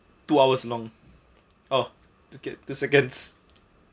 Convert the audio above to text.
two hours long oh to get two seconds